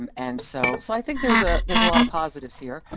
um and so so i think there's ah there's a lot of positives here.